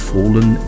Fallen